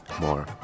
more